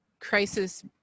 crisis